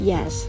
Yes